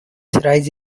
rise